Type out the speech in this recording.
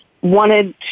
wanted